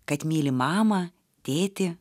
kad myli mamą tėtį